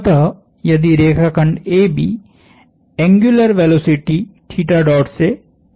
अतः यदि रेखाखंड AB एंग्यूलर वेलोसिटी से घूर्णन करता है